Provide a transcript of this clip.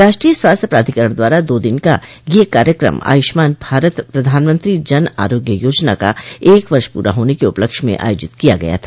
राष्ट्रीय स्वास्थ्य प्राधिकरण द्वारा दो दिन का यह कार्यक्रम आयुष्मान भारत प्रधानमंत्री जन आरोग्य योजना का एक वर्ष पूरा होने के उपलक्ष्य मं आयोजित किया गया था